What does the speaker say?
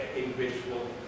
individual